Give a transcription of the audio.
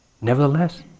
Nevertheless